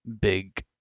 big